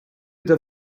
der